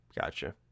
Gotcha